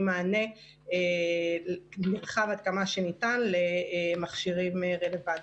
מענה נרחב עד כמה שניתן למכשירים רלבנטיים.